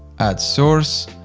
add source.